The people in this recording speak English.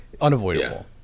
unavoidable